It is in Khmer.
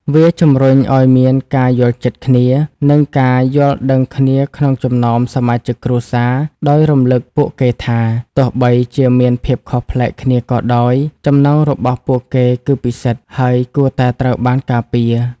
វាជំរុញឲ្យមានការយល់ចិត្តគ្នា និងការយល់ដឹងគ្នាក្នុងចំណោមសមាជិកគ្រួសារ ដោយរំលឹកពួកគេថា ទោះបីជាមានភាពខុសប្លែកគ្នាក៏ដោយ ចំណងរបស់ពួកគេគឺពិសិដ្ឋ ហើយគួរតែត្រូវបានការពារ។